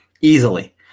easily